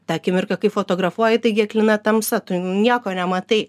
tą akimirką kai fotografuoji taigi aklina tamsa tu nieko nematai